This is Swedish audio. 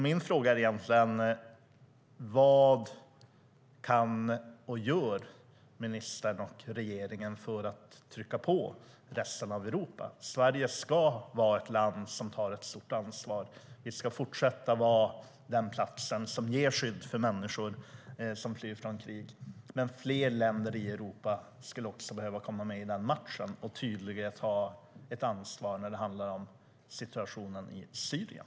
Min fråga är egentligen: Vad kan ministern och regeringen göra, och gör, för att trycka på resten av Europa? Sverige ska vara ett land som tar ett stort ansvar. Vi ska fortsätta att vara den plats som ger skydd för människor som flyr från krig. Men fler länder i Europa skulle behöva komma med i den matchen och tydligare ta ett ansvar när det handlar om situationen i Syrien.